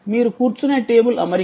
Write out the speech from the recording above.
మీరు కూర్చునే టేబుల్ అమరిక